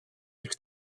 eich